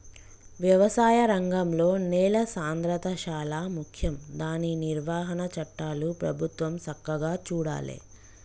వ్యవసాయ రంగంలో నేల సాంద్రత శాలా ముఖ్యం దాని నిర్వహణ చట్టాలు ప్రభుత్వం సక్కగా చూడాలే